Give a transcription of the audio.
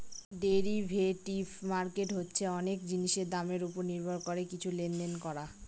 derivative market হচ্ছে অনেক জিনিসের দামের ওপর নির্ভর করে কিছু লেনদেন করা